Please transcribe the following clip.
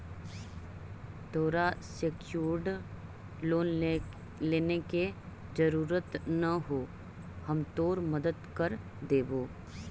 तोरा secured loan लेने के जरूरत न हो, हम तोर मदद कर देबो